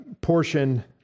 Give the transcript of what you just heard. portion